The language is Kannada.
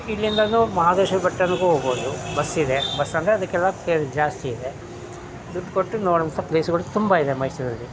ಇಲ್ಲಿಂದಲೂ ಮಹದೇಶ್ವರ ಬೆಟ್ಟ ತನಕನೂ ಹೋಗ್ಬೋದು ಬಸ್ಸಿದೆ ಬಸ್ ಅಂದರೆ ಅದಕ್ಕೆಲ್ಲ ಕೇಲ್ ಜಾಸ್ತಿ ಇದೆ ದುಡ್ಡು ಕೊಟ್ಟು ನೋಡುವಂಥ ಪ್ಲೇಸ್ಗಳು ತುಂಬ ಇದೆ ಮೈಸೂರಲ್ಲಿ